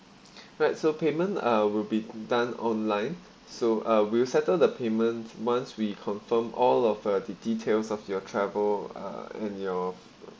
actual payment uh will be done online so uh will settle the payment once we confirm all of the details of your travel uh and your